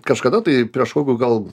kažkada tai prieš kokių gal